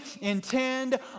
intend